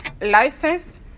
license